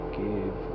give